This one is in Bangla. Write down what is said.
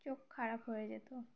চোখ খারাপ হয়ে যেত